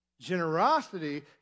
Generosity